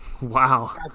Wow